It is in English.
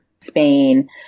Spain